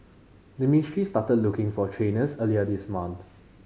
the ministry started looking for trainers earlier this month